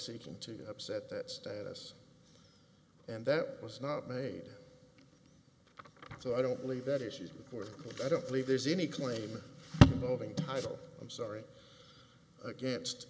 seeking to upset that status and that was not made so i don't believe that issues before them i don't believe there's any claim moving title i'm sorry against